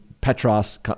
Petros